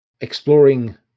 Exploring